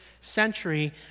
century